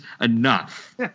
enough